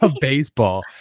baseball